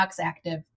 active